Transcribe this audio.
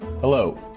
Hello